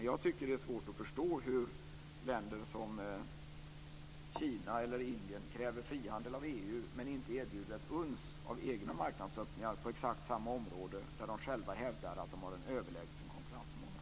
Jag tycker att det är svårt att förstå hur länder som Kina och Indien kräver frihandel av EU, men inte erbjuder ett uns av egna marknadsöppningar på exakt samma område där de själva hävdar att de har en överlägsen konkurrensförmåga.